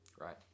Right